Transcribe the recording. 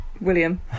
William